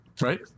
Right